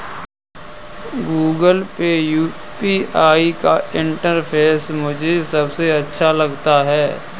Google Pay UPI का interface मुझे सबसे अच्छा लगता है